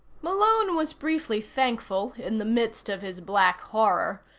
malone was briefly thankful, in the midst of his black horror,